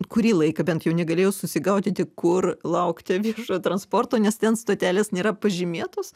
kurį laiką bent jau negalėjau susigaudyti kur laukti viešojo transporto nes ten stotelės nėra pažymėtos